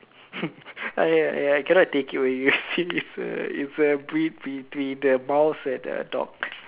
!aiya! ya I cannot take it already you see it's it's a breed between the mouse and the dog